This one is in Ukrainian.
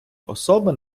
особи